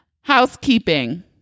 housekeeping